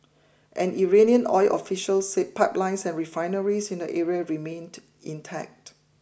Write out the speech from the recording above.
an Iranian oil official said pipelines and refineries in the area remained intact